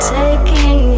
taking